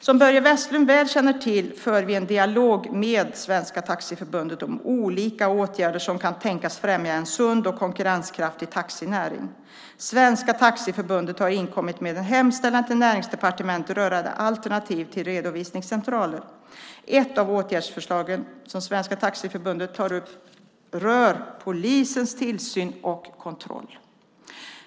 Som Börje Vestlund väl känner till för vi en dialog med Svenska Taxiförbundet om olika åtgärder som kan tänkas främja en sund och konkurrenskraftig taxinäring. Svenska Taxiförbundet har inkommit med en hemställan till Näringsdepartementet rörande alternativ till redovisningscentraler. Ett av åtgärdsförslagen som Svenska Taxiförbundet tar upp rör polisens tillsyn och kontroll.